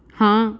ਹਾਂ